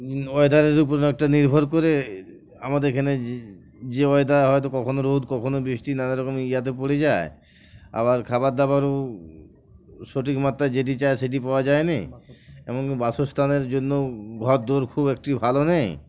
ওয়েদারের উপর একটা নির্ভর করে আমাদের এখানে যে ওয়েদার হয়তো কখনও রোদ কখনও বৃষ্টি নানা রকম ইয়োতে পড়ে যায় আবার খাবার দাবারও সঠিক মাত্রায় যেটি চায় সেটি পাওয়া যায়নি এবং বাসস্থানের জন্য ঘর দর খুব একটি ভালো নেই